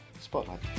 Spotlight